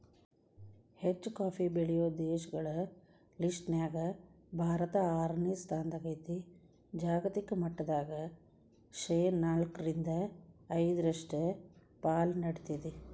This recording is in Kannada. ಹೆಚ್ಚುಕಾಫಿ ಬೆಳೆಯೋ ದೇಶಗಳ ಲಿಸ್ಟನ್ಯಾಗ ಭಾರತ ಆರನೇ ಸ್ಥಾನದಾಗೇತಿ, ಜಾಗತಿಕ ಮಟ್ಟದಾಗ ಶೇನಾಲ್ಕ್ರಿಂದ ಐದರಷ್ಟು ಪಾಲು ನೇಡ್ತೇತಿ